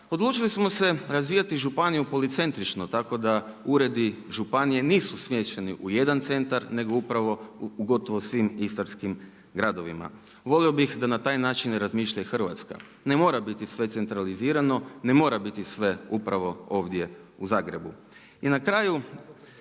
odlučili smo se razvijati županiju policentrično tako da uredi županije nisu smješteni u jedan centar nego upravo u gotovo svim istarskim gradovima. Volio bih da na taj način razmišlja i Hrvatska. Ne mora biti sve centralizirano, ne mora biti sve upravo ovdje u Zagrebu. I na kraju,